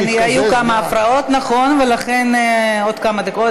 כן, היו כמה הפרעות, נכון, ולכן עוד כמה דקות.